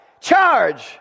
Charge